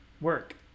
Work